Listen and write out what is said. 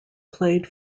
played